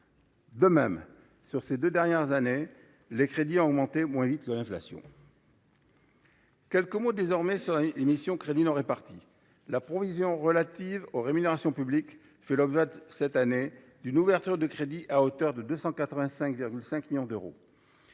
De même, sur ces deux dernières années, les crédits ont augmenté moins vite que l’inflation. Je dirai quelques mots à présent sur la mission « Crédits non répartis ». La provision relative aux rémunérations publiques fait l’objet cette année d’une ouverture de crédits à hauteur de 285,5 millions d’euros.